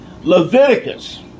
Leviticus